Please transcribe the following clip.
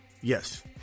Yes